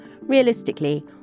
Realistically